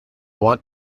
want